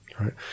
right